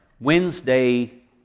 Wednesday